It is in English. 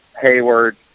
hayward